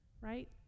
Right